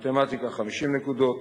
המגמה חיובית,